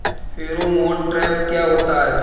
Pheromone trap क्या होता है?